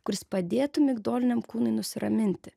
kuris padėtų migdoliniam kūnui nusiraminti